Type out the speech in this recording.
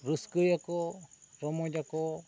ᱨᱟᱹᱥᱠᱟᱹᱭᱟᱠᱚ ᱨᱚᱢᱚᱡᱽ ᱟᱠᱚ